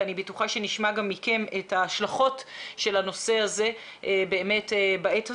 ואני בטוחה שנשמע גם מכם את ההשלכות של הנושא הזה בעת הזו.